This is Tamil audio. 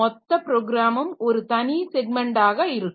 மொத்த ப்ரோகிராமும் ஒரு தனி ஸெக்மென்டாக இருக்கும்